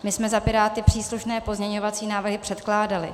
My jsme za Piráty příslušné pozměňovací návrhy předkládali.